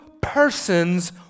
persons